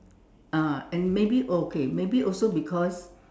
ah and maybe okay and maybe also because